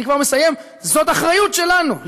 אני כבר מסיים: זאת אחריות שלנו,